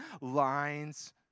lines